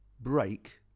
break